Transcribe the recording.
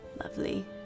Lovely